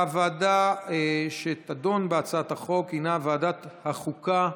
והוועדה שתדון בהצעת החוק היא ועדת החוקה,